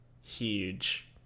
huge